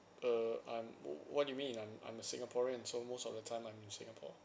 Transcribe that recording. err I'm wh~ what you mean I'm I'm a singaporean so most of the time I'm in singapore